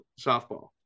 softball